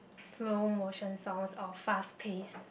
slow motion songs or fast paced